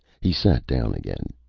he sat down again.